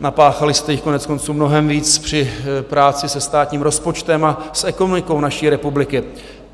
Napáchali jste jí koneckonců mnohem víc při práci se státním rozpočtem a s ekonomikou naší republiky,